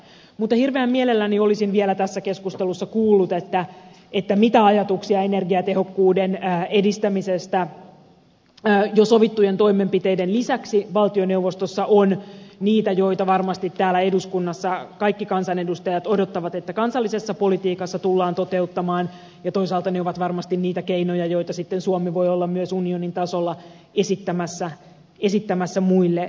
mutta hirveän mielelläni olisin vielä tässä keskustelussa kuullut mitä ajatuksia energiatehokkuuden edistämisestä jo sovittujen toimenpiteiden lisäksi valtioneuvostossa on niitä joita varmasti täällä eduskunnassa kaikki kansanedustajat odottavat että kansallisessa politiikassa tullaan toteuttamaan ja toisaalta ne ovat varmasti niitä keinoja joita sitten suomi voi olla myös unionin tasolla esittämässä muille jäsenmaille